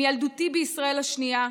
מילדותי בישראל השנייה,